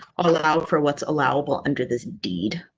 um allow for what's allowable under this deed.